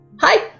Hi